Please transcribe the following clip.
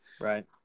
Right